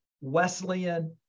Wesleyan